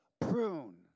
prune